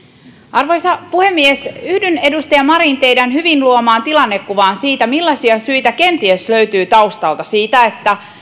arvoisa puhemies yhdyn edustaja marin teidän hyvin luomaanne tilannekuvaan siitä millaisia syitä kenties löytyy taustalta siinä että